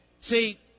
See